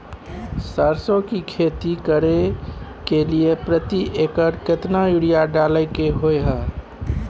सरसो की खेती करे के लिये प्रति एकर केतना यूरिया डालय के होय हय?